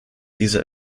diese